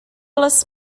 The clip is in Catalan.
les